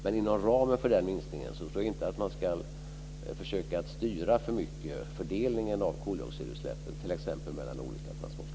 Men inom ramen för den minskningen ska man nog inte försöka styra alltför mycket när det gäller fördelningen av koldioxidutsläppen, t.ex. mellan olika transportslag.